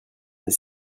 des